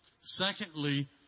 Secondly